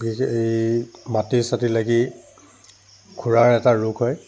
এই মাটি চাতি লাগি খোৰাৰ এটা ৰোগ হয়